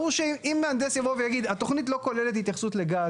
ברור שאם מהנדס יבוא ויגיד התכנית לא כוללת התייחסות לגז,